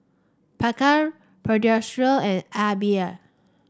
Picard Pediasure and AIBI